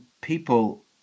people